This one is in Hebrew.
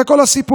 זה כל הסיפור.